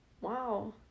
Wow